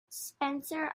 spencer